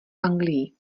anglii